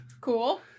Cool